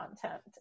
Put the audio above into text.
content